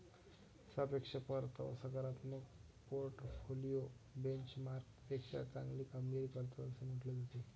सापेक्ष परतावा सकारात्मक पोर्टफोलिओ बेंचमार्कपेक्षा चांगली कामगिरी करतात असे म्हटले जाते